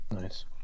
nice